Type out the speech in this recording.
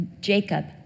Jacob